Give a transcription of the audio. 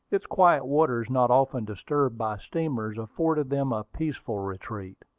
its quiet waters, not often disturbed by steamers, afforded them a peaceful retreat.